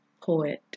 poet